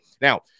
now